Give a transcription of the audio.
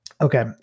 Okay